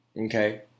Okay